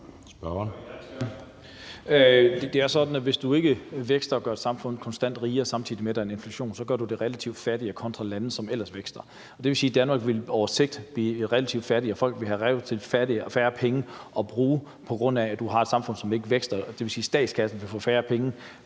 Det er sådan, at hvis du ikke vækster og gør et samfund konstant rigere, samtidig med at der er en inflation, så gør du det relativt fattigere sammenlignet med lande, som ellers vækster. Og det vil sige, at Danmark på sigt vil blive relativt fattigere, og at folk vil blive relativt fattigere og have færre penge at bruge, på grund af at du har et samfund, som ikke vækster. Det vil sige, at statskassen vil få færre penge,